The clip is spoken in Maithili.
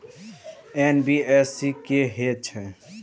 एन.बी.एफ.सी की हे छे?